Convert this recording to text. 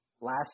Last